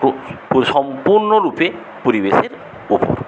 ও ও সম্পূর্ণ রূপে পরিবেশের উপর